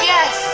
Yes